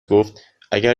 گفتاگر